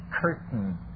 curtain